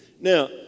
Now